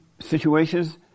situations